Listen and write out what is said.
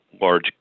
large